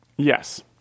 Yes